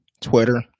Twitter